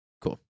Cool